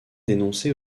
dénoncer